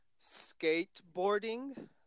skateboarding